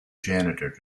janitor